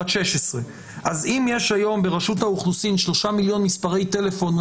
שהיא בת 16. אז אם יש היום ברשות האוכלוסין 3 מיליון מספרי טלפון,